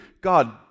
God